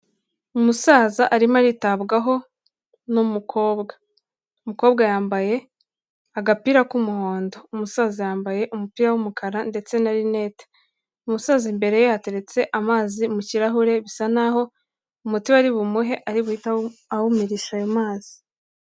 Umusaza arimo aritabwaho n'umukobwa, umukobwa yambaye agapira k'umuhondo, umusaza yambaye umupira w'umukara ndetse na rinete, umusaza imbere ye hateretse amazi mu kirahure bisa n'aho umuti bari bumuhe ari buhite awumirisha ayo mazi.